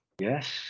Yes